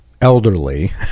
elderly